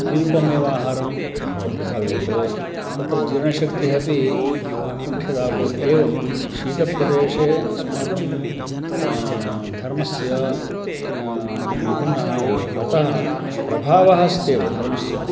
अल्पमेव आहारं भवति भवेत् तत्र जीर्णशक्तिः अपि कुण्ठिता भवति एवं शीतप्रदेशे अस्माकं धर्मस्य विभिन्नः भवति अतः प्रभावः अस्त्येव धर्मस्य